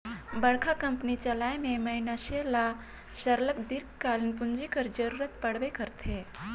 बड़का कंपनी चलाए में मइनसे ल सरलग दीर्घकालीन पूंजी कर जरूरत परबे करथे